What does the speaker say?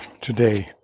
today